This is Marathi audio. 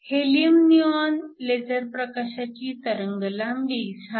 हेलियम निऑन लेझर प्रकाशाची तरंगलांबी 632